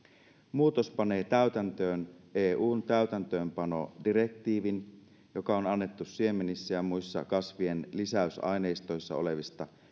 muutos panee täytäntöön eun täytäntöönpanodirektiivin joka on annettu siemenissä ja muissa kasvien lisäysaineistoissa olevista